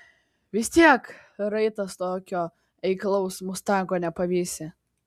vis tiek raitas tokio eiklaus mustango nepavysi